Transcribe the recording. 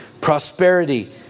prosperity